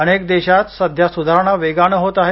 अनेक क्षेत्रात सध्या सुधारणा वेगानं होत आहेत